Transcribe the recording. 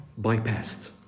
bypassed